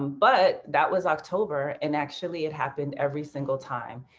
um but that was october, and actually it happened every single time,